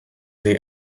they